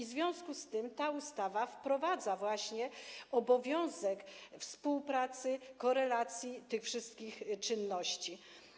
W związku z tym ta ustawa wprowadza właśnie obowiązek współpracy, korelacji tych wszystkich czynności.